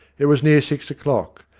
it was near six o'clock,